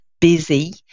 busy